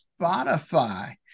spotify